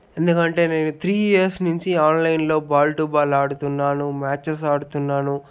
ఎందుకంటే నేను three years నుంచి ఆన్లైన్ లో బాల్ టూ బాల్ ఆడుతున్నాను మ్యాచస్ ఆడుతున్నాను